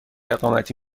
اقامتی